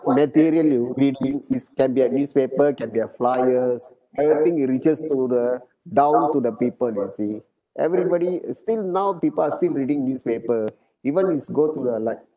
material you read in it's can be a newspaper can be a flyers everything reaches to the down to the people you see everybody is still now people are still reading newspaper even it's good to the like